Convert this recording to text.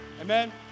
Amen